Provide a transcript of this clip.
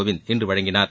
கோவிந்த் இன்று வழங்கினார்